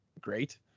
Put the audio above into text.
great